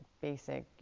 basic